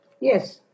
Yes